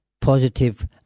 positive